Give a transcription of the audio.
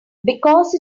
because